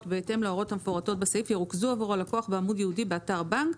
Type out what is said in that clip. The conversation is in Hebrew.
בהתאם להוראות המפורטות בסעיף ירוכזו עבור הלקוח בעמוד ייעודי באתר הבנק,